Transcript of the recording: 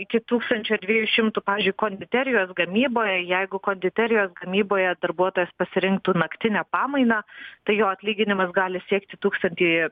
iki tūkstančio dviejų šimtų pavyzdžiui konditerijos gamyboje jeigu konditerijos gamyboje darbuotojas pasirinktų naktinę pamainą tai jo atlyginimas gali siekti tūkstantį